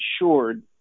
insured